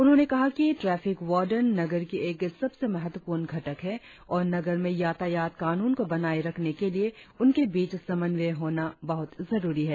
उन्होंने कहा कि ट्रैफिक वार्डन नगर की एक सबसे महत्वपूर्ण घटक है और नगर में यातायात कानून को बनाए रखने के लिए उनके बीच समन्वय होना बहुत जरुरी है